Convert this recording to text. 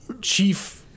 chief